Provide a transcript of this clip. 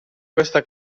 questa